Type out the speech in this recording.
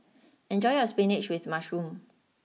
enjoy your spinach with Mushroom